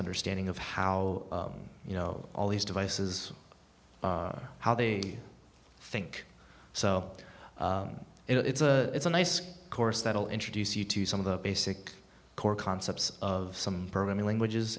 understanding of how you know all these devices how they think so it's a it's a nice course that will introduce you to some of the basic core concepts of some programming languages